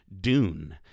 Dune